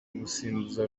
gusimbuza